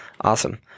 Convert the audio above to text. Awesome